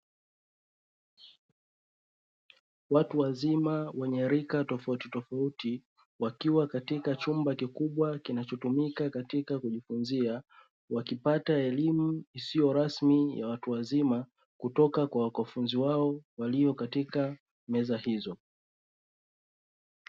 Watu wazima wenye rika tofauti tofauti wakiwa katika chumba kikubwa kinachotumika katika kujifunza, wakipata elimu isiyo rasmi ya watu wazima kutoka kwa wanafunzi wao walio katika meza hizo.